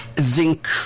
Zinc